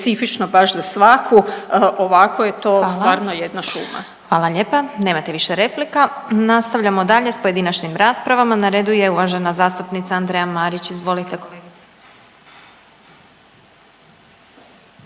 stvarno jedna šuma. **Glasovac, Sabina (SDP)** Hvala lijepo, nemate više replika. Nastavljamo dalje s pojedinačnim raspravama, na redu je uvažena zastupnica Andreja Marić. Izvolite kolegice.